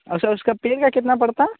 असा उसका पेड़ का कितना पड़ता है